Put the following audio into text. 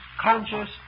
conscious